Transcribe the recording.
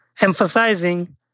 emphasizing